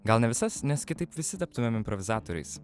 gal ne visas nes kitaip visi taptumėm improvizatoriais